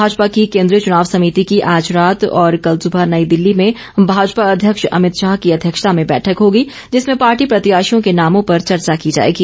भाजपा की केंद्रीय चुनाव समिति की आज रात और कल सुबह नई दिल्ली में भाजपा अध्यक्ष अमितशाह की अध्यक्षता में बैठक होगी जिसमें पार्टी प्रत्याशियों के नामों पर चर्चा की जाएगी